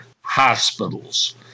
hospitals